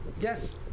yes